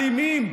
אלימים,